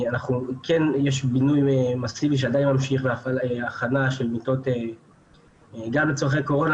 כן יש בינוי מסיבי שעדיין ממשיך בהכנה של מיטות גם לצרכי קורונה,